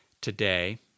today